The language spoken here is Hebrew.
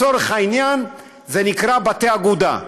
לצורך העניין זה נקרא בתי אגודה.